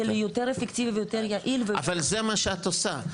ליותר יעיל ואפקטיבי --- אבל זה מה שאת עושה.